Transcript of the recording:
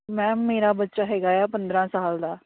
ma'am ਮੇਰਾ ਬੱਚਾ ਹੈਗਾ ਏ ਆ ਪੰਦਰਾਂ ਸਾਲ ਦਾ